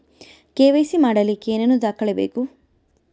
KYC ಮಾಡಲಿಕ್ಕೆ ಏನೇನು ದಾಖಲೆಬೇಕು?